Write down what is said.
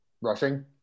Rushing